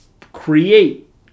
create